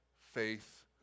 faith